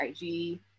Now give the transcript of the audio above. IG